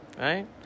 right